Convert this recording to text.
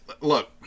Look